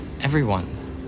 everyone's